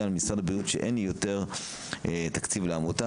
משרד הבריאות שאין יותר תקציב לעמותה,